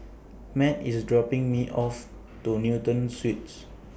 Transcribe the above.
Matt IS dropping Me off to Newton Suites